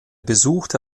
besuchte